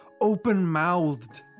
open-mouthed